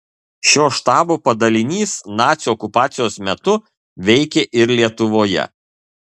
šio štabo padalinys nacių okupacijos metu veikė ir lietuvoje